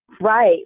Right